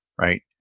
right